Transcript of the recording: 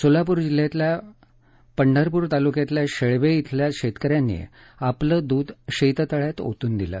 सोलापूर जिल्ह्यातल्या पंढरपुर तालुक्यातल्या शेळवे धिल्या शेतकऱ्यांनी आपलं दूध शेततळ्यात ओतून दिलं